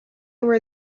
were